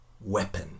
weapon